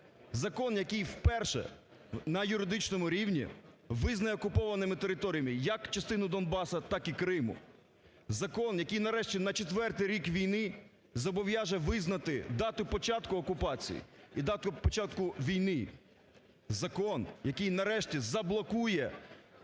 Закон, який вперше на юридичному рівні визнає окупованими територіями як частину Донбасу, так і Криму, закон, який нарешті на четвертий рік війни зобов'яже визнати дату початку окупації і дату початку війни, закон, який нарешті заблокує